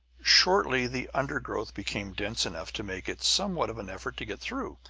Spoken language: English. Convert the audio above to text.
shortly the undergrowth became dense enough to make it somewhat of an effort to get through.